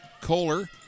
Kohler